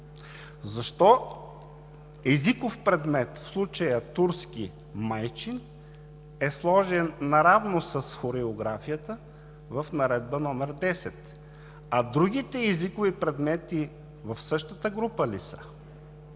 Защо езиков предмет, в случая турски – майчин, е сложен наравно с хореографията в Наредба № 10, а другите езикови предмети в същата група ли са?